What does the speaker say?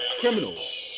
criminals